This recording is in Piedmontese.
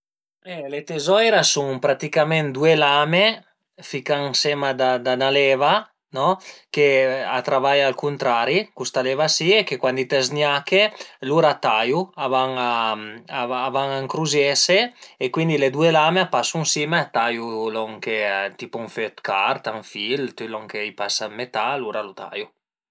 E le tezoire a sun praticament due lame ficà ënsema da 'na leva no ch'a travai al cuntrari custa leva si e che cuandi ti zgnache lur a taiu, a van ëncruziese e cuindi le due lame a pasu ën sima e a taiu lon che, tipu ün föi d'carta, ün fil, tüt lon ch'a i pasa ën metà lur a lu taiu